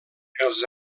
els